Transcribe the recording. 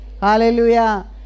Hallelujah